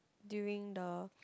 during the